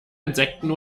insekten